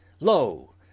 Lo